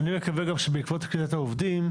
אני מקווה גם שבעקבות קליטת העובדים,